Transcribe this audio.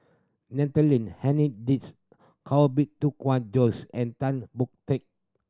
Natalie Koh Bee Tuan Joyce and Tan Boon Teik